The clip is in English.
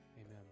Amen